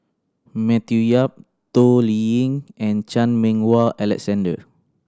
Matthew Yap Toh Liying and Chan Meng Wah Alexander